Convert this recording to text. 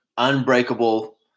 unbreakable